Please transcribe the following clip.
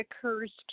occurs